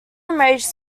enraged